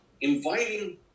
inviting